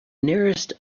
nearest